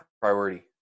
priority